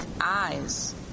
eyes